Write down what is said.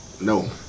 No